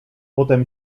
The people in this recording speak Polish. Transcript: potem